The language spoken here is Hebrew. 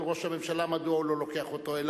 ראש הממשלה מדוע הוא לא לוקח אותו אליו.